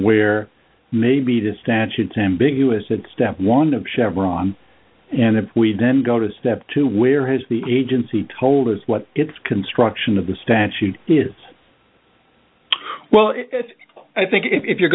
where maybe to statutes ambiguous in step one of chevron and if we then go to step two where has the agency told us what its construction of the statute is well i think if you're